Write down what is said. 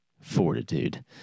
fortitude